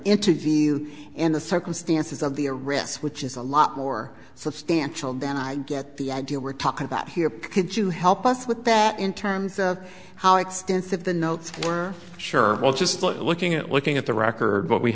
interview and the circumstances of the a recess which is a lot more substantial than i get the idea we're talking about here could you help us with that in terms of how extensive the notes were sure well just looking at looking at the record what we